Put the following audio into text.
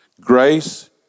Grace